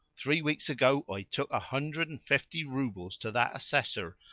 three weeks ago i took a hundred and fifty roubles to that assessor,